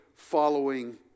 following